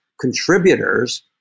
contributors